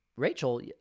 Rachel